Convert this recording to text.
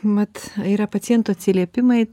mat yra pacientų atsiliepimai